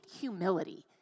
humility